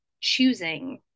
choosing